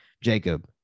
jacob